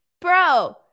bro